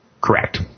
Correct